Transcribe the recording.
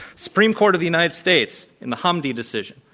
supreme court of the united states in the hamdi decision.